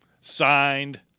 Signed